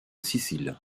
sicile